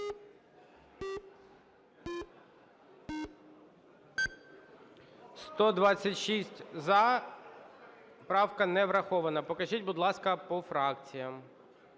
За-126 Правка не врахована. Покажіть, будь ласка, по фракціям.